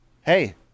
hey